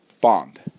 Bond